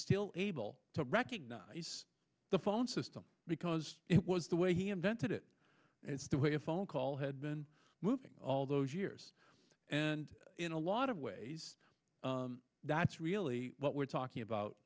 still able to recognize the phone system because it was the way he invented it it's the way a phone call had been moving all those years and in a lot of ways that's really what we're talking about